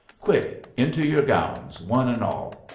quick, into your gowns, one and all!